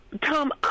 Tom